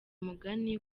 umugani